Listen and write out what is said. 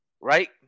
Right